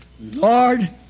Lord